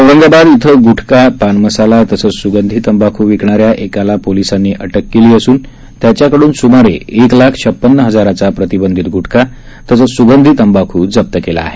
औरंगाबाद इथं गुटखा पानमसाला तसंच स्गंधी तंबाखू विकणाऱ्या एकाला पोलिसांनी अटक केली असून त्याच्याकडून सुमारे एक लाख छपन्न हजाराचा प्रतिबंधित गुटखा तसंच सुगंधी तंबाखू जप्त केली आहे